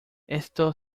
esto